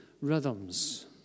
rhythms